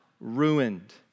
Ruined